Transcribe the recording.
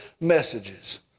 messages